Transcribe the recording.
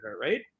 right